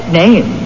name